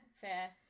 fair